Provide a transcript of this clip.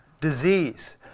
Disease